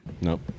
Nope